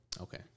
Okay